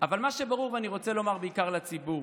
אבל מה שברור, ואני רוצה לומר בעיקר לציבור